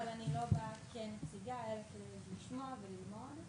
אבל אני לא באה כנציגה אלא כדי לשמוע וללמוד.